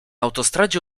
autostradzie